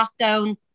lockdown